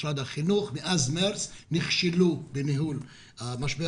משרד החינוך מאז מארס נכשלו בניהול משבר